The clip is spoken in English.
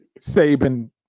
Saban